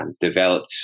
developed